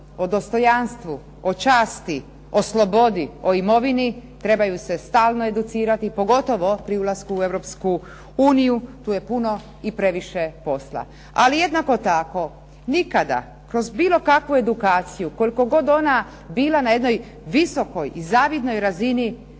o dostojanstvu, o časti, o slobodi, o imovini trebaju se stalno educirati pogotovo pri ulasku u EU, tu je puno i previše posla. Ali jednako tako nikada, kroz bilo kakvu edukaciju, koliko god ona bila na jednoj visokoj i zavidnoj razini